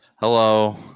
hello